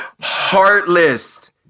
heartless